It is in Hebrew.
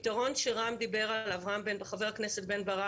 לפי סדר הדוברים שנרשמו, חברת הכנסת יסמין פרידמן.